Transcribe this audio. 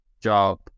job